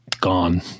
gone